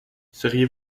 seriez